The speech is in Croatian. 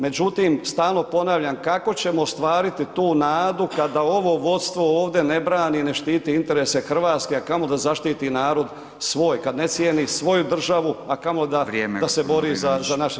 Međutim, stalno ponavljam, kako ćemo ostvariti tu nadu kada ovo vodstvo ovde ne brani, ne štiti interese Hrvatske, a kamoli da zaštiti narod svoj, kad ne cijeni svoju državu, a kamoli [[Upadica: Vrijeme.]] da se bori za naše